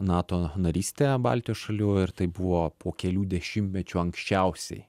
nato narystė baltijos šalių ir tai buvo po kelių dešimtmečių anksčiausiai